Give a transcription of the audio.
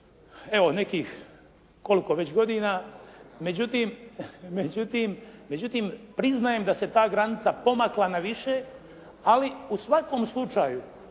evo nekih koliko već godina međutim, međutim priznajem da se ta granica pomakla na više ali u svakom slučaju